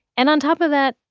and on top of that,